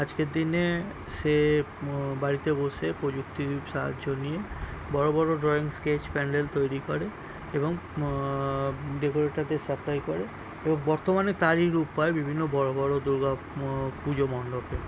আজকের দিনে সে বাড়িতে বসে প্রযুক্তির সাহায্য নিয়ে বড় বড় ড্রয়িং স্কেচ প্যান্ডেল তৈরি করে এবং ডেকরেটরদের সাপ্লাই করে এবং বর্তমানে তারই রূপ পায় বিভিন্ন বড় বড় দুর্গা পুজো মণ্ডপে